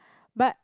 but